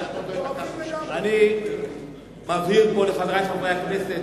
אני מבהיר פה לחברי חברי הכנסת